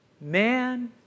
man